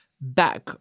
back